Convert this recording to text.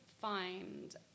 find